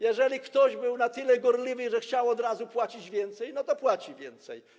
Jeżeli ktoś był na tyle gorliwy, że chciał od razu płacić więcej, to płaci więcej.